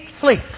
sleep